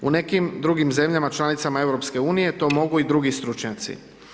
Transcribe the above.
U nekim drugim zemljama članicama EU to mogu i drugi stručnjaci.